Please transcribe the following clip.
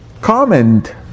comment